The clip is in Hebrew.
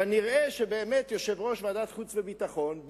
כנראה שבאמת יושב-ראש ועדת החוץ והביטחון,